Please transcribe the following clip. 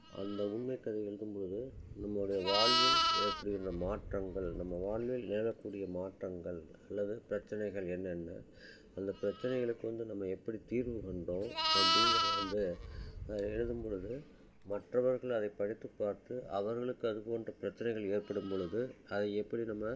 அந்த உண்மை கதை எழுதும் போது நம்முடைய வாழ்வில் ஏற்படுகின்ற மாற்றங்கள் நம்ம வாழ்வில் நிகழக்கூடிய மாற்றங்கள் அல்லது பிரச்சனைகள் என்னென்ன அந்த பிரச்சனைகளுக்கு வந்து நம்ம எப்படி தீர்வு கண்டோம் அப்படிங்கிறத வந்து எழுதும் பொழுது மற்றவர்கள் அதைப் படித்து பார்த்து அவர்களுக்கு அது போன்ற பிரச்சனைகள் ஏற்படும் பொழுது அதை எப்படி நம்ம